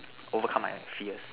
overcome my fears